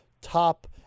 top